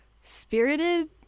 spirited